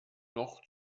noch